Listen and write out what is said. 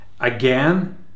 again